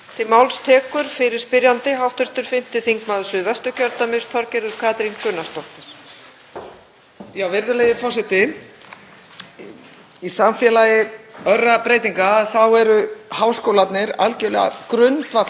Í samfélagi örra breytinga eru háskólarnir algerlega grundvallarstofnanir og við erum að sjá innviðina breytast. Við sjáum sum störf hverfa, þróast og önnur verða til og störf sem eru